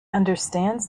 understands